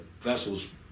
vessels